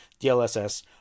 DLSS